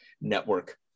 network